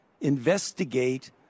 investigate